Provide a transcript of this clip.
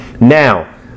Now